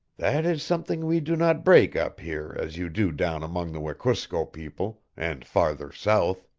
that is something we do not break up here as you do down among the wekusko people, and farther south.